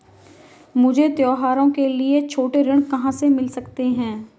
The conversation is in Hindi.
मुझे त्योहारों के लिए छोटे ऋृण कहां से मिल सकते हैं?